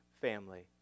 family